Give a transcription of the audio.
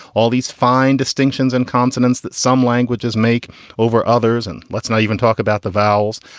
all these fine distinctions and consonants that some languages make over others. and let's not even talk about the vowels.